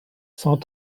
cent